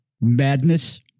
madness